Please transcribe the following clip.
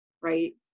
right